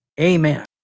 Amen